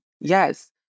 Yes